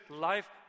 life